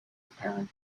apparent